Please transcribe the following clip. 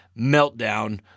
meltdown